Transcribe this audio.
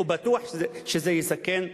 ובטוח שיסכן,